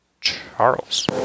Charles